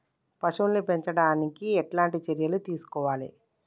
పశువుల్ని పెంచనీకి ఎట్లాంటి చర్యలు తీసుకోవాలే?